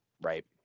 right